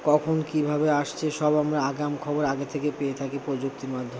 কখন কীভাবে আসছে সব আমরা আগাম খবর আগে থেকে পেয়ে থাকি প্রযুক্তির মাধ্যমে